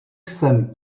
jsem